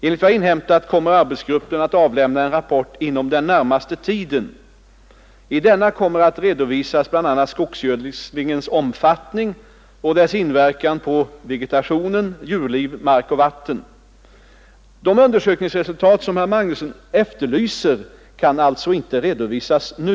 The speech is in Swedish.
Enligt vad jag inhämtat kommer arbetsgruppen att avlämna en rapport inom den närmaste tiden. I denna kommer att redovisas bl.a. skogsgödslingens omfattning och dess inverkan på vegetation, djurliv, mark och vatten. De undersökningsresultat som herr Magnusson efterlyser kan alltså inte redovisas nu.